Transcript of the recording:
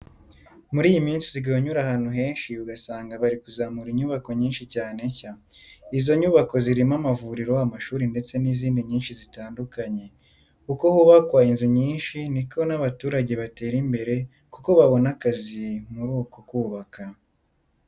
Muri iyi minsi usigaye unyura ahantu henshi ugasanga bari kuzamura inyubako nyinshi cyane nshya. Izo nyubako zirimo amavuriro, amashuri ndetse n'izindi nyinshi zitandukanye. Uko hubakwa inzu nyinshi ni ko n'abaturage batera imbere kuko babona akazi muri uko kubaka.